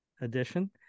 edition